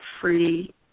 free